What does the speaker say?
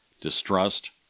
distrust